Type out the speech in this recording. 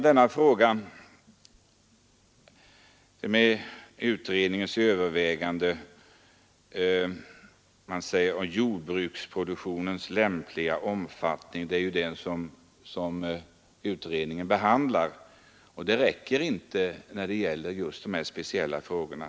Det räcker inte att som utskottet gör hänvisa till att utredningen skall överväga frågan om jordbruksproduktionens lämpliga omfattning.